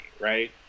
right